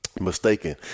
mistaken